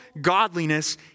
godliness